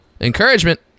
Encouragement